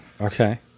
Okay